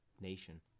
nation